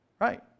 Right